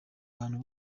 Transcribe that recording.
muntu